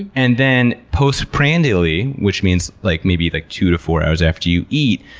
and then postprandially, which means like maybe like two to four hours after you eat,